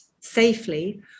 safely